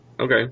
Okay